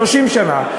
30 שנה,